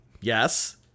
yes